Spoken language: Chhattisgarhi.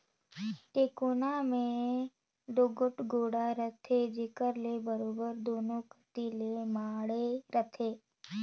टेकोना मे दूगोट गोड़ा रहथे जेकर ले बरोबेर दूनो कती ले माढ़े रहें